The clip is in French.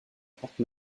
porte